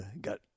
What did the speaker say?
got